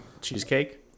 Cheesecake